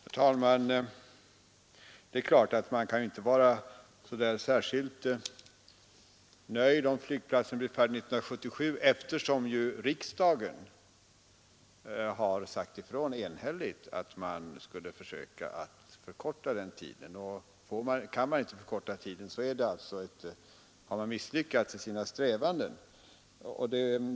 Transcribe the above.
Herr talman! Det är klart att man inte kan vara så där särskilt nöjd om flygplatsen blir färdig 1977 eftersom riksdagen enhälligt har sagt ifrån att man skulle förkorta den tiden. Kan man inte göra det har man alltså misslyckats i sina strävanden.